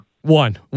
One